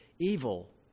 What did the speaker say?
evil